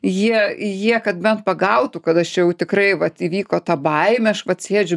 jie jie kad bent pagautų kad aš čia jau tikrai vat įvyko ta baimė aš vat sėdžiu